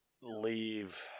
leave